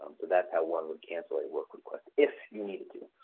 um so that's how one would cancel a work request if you needed to.